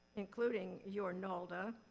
including your nolde. ah